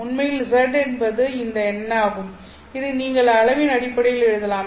உண்மையில் z என்பது இந்த எண்ணாகும் இதை நீங்கள் அளவின் அடிப்படையில் எழுதலாம்